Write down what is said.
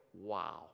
wow